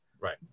Right